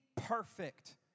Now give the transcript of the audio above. perfect